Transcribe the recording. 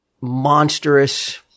monstrous